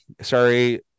sorry